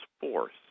force